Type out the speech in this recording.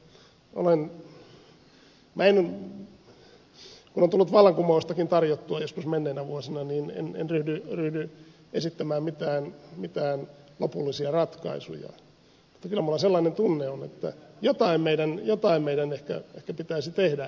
kun on tullut vallankumoustakin tarjottua joskus menneinä vuosina en ryhdy esittämään mitään lopullisia ratkaisuja mutta kyllä minulla sellainen tunne on että jotain meidän ehkä pitäisi tehdä tälle järjestelmällekin